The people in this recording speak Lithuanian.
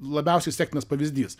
labiausiai sektinas pavyzdys